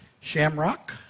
Shamrock